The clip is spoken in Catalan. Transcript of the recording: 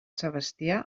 sebastià